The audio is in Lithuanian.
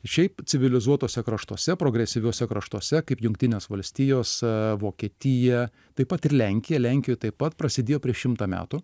šiaip civilizuotuose kraštuose progresyviuose kraštuose kaip jungtinės valstijos vokietija taip pat ir lenkija lenkijoj taip pat prasidėjo prieš šimtą metų